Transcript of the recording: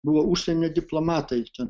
buvo užsienio diplomatai ten